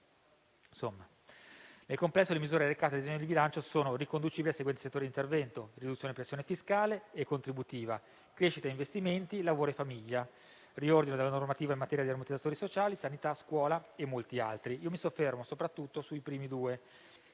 Nel complesso, le misure recate nel disegno di legge di bilancio sono riconducibili ai seguenti settori di intervento: riduzione della pressione fiscale e contributiva, crescita degli investimenti per lavoro e famiglia, riordino della normativa in materia di ammortizzatori sociali, sanità, scuola e molti altri. Io mi soffermo soprattutto sui primi due,